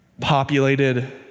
populated